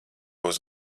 būs